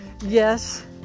Yes